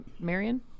Marion